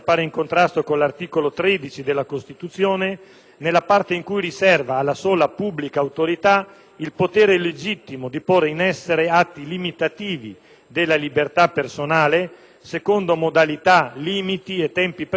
nella parte in cui riserva alla sola pubblica autorità il potere legittimo di porre in essere atti limitativi della libertà personale secondo modalità, limiti e tempi previsti dallo stesso articolo 13 della Costituzione.